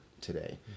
today